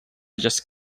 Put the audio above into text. just